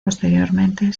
posteriormente